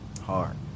Hard